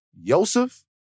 Yosef